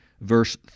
verse